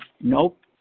Nope